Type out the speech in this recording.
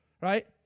right